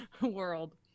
world